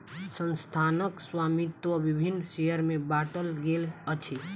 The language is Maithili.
संस्थानक स्वामित्व विभिन्न शेयर में बाटल गेल अछि